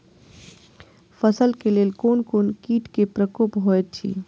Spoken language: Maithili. फसल के लेल कोन कोन किट के प्रकोप होयत अछि?